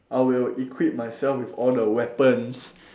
I will equip myself with all the weapons